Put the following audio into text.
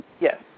Yes